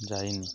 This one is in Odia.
ଯାଇନି